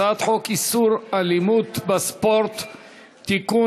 הצעת חוק איסור אלימות בספורט (תיקון,